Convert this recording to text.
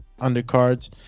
undercards